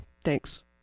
thanks